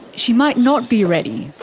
she might not be ready,